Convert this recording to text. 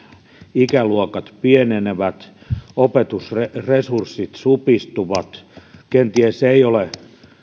ikäluokat pienenevät opetusresurssit supistuvat kenties ei ole